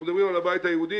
אנחנו מדברים על הבית היהודי,